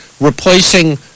replacing